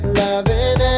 loving